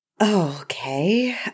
Okay